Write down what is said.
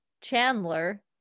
chandler